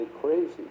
crazy